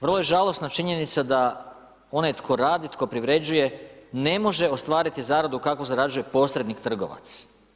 Vrlo je žalosna činjenica da onaj tko radi, tko privređuje ne može ostvariti zaradu kako zarađuje posrednik trgovac.